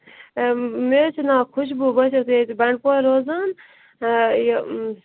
اَے مےٚ حَظ چھُ ناو خوشبو بہِ حظ چھَس ییٚتہِ بنڈٕپورِ روزان آ یہِ